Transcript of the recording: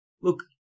look